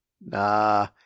Nah